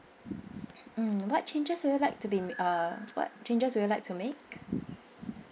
mm what changes would you like to be err what changes do you like to make